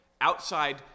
Outside